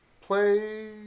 play